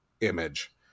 image